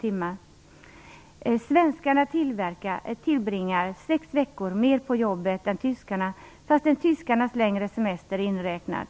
timmar. Svenskarna tillbringar sex veckor mer på jobbet än tyskarna, fastän tyskarnas längre semester är inräknad.